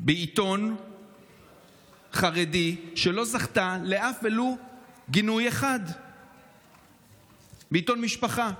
בארות, שלא זכתה לאף גינוי, בעיתון משפחה.